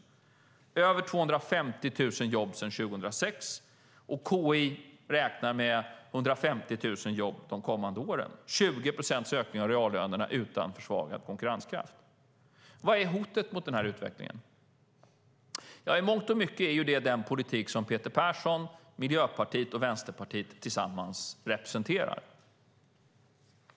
Det är fråga om över 250 000 jobb sedan 2006. KI räknar med 150 000 jobb de kommande åren. Det har blivit 20 procents ökning av reallönerna utan försvagad konkurrenskraft. Vad är hotet mot utvecklingen? I mångt och mycket är det den politik som Peter Persson, Miljöpartiet och Vänsterpartiet tillsammans representerar.